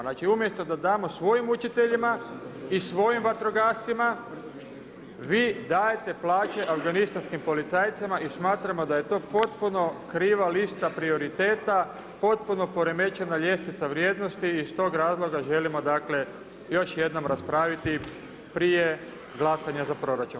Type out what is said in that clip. Znači umjesto da damo svojim učiteljima i svojim vatrogascima, vi dajemo plaće afganistanskim policajcima i smatramo da je to potpuno kriva lista prioriteta, potpuno poremećena ljestvica vrijednosti iz tog razloga želimo dakle još jednom raspraviti prije glasanje za proračun.